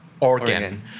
Organ